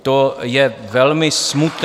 To je velmi smutná...